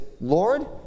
Lord